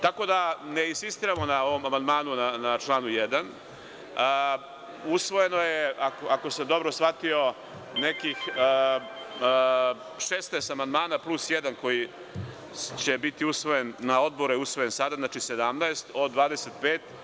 Tako da, ne insistiramo na ovom amandmanu na član 1. Usvojeno je, ako sam dobro shvatio, nekih 16 amandmana, plus jedan koji će biti usvojen na Odboru, znači, 17 od 25.